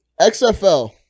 XFL